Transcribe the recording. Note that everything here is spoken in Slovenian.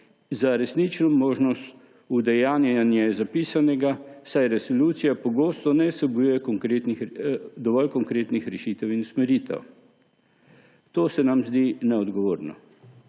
za resnično možnost udejanjanja zapisanega, saj resolucija pogosto ne vsebuje dovolj konkretnih rešitev in usmeritev. To se nam zdi neodgovorno.